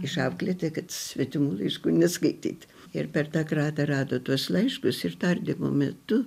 išauklėti kad svetimų laiškų neskaityt ir per tą kratą rado tuos laiškus ir tardymo metu